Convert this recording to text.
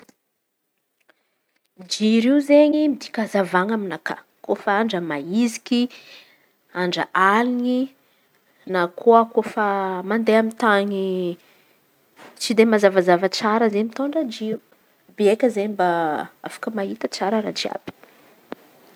Jiro io izen̈y midika hazavan̈a aminakà kôfa andra maïziky andra alin̈y na koa kôfa mandeha amy tan̈y tsy de mazavazava tsara izen̈y. Mitondra jiro e beka zey mba afaky mahita raha tsara raha jiàby.